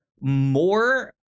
more